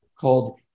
called